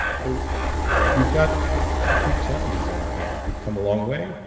so we've got big challenges on our hands. we've come a long way,